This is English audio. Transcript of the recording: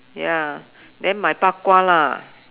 ya then my bak-kwa lah